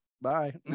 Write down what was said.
Bye